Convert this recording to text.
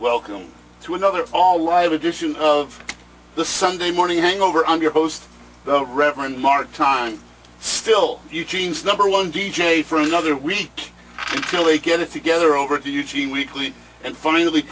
welcome to another all live edition of the sunday morning hangover on your post the reverend mark time still eugene's number one d j for another week really get it together over to eugene weekly and finally